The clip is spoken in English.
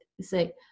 say